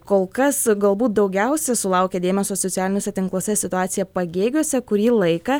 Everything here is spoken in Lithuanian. kol kas galbūt daugiausia sulaukia dėmesio socialiniuose tinkluose situacija pagėgiuose kurį laiką